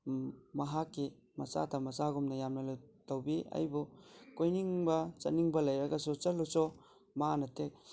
ꯃꯍꯥꯛꯀꯤ ꯃꯆꯥꯇ ꯃꯆꯥꯒꯨꯝꯅ ꯌꯥꯝꯅ ꯂꯨꯅ ꯇꯧꯕꯤ ꯑꯩꯕꯨ ꯀꯣꯏꯅꯤꯡꯕ ꯆꯠꯅꯤꯡꯕ ꯂꯩꯔꯒꯁꯨ ꯆꯠꯂꯨꯆꯣ ꯃꯥꯅ